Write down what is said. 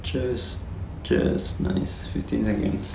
just just nice fifteen seconds